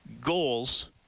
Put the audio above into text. Goals